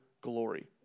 glory